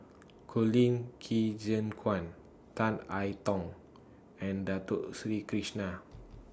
Colin Qi Zhe Quan Tan I Tong and Dato Sri Krishna